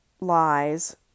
lies